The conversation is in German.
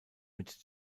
mit